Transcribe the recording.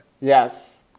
Yes